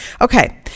okay